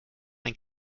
ein